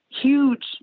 huge